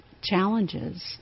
challenges